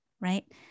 right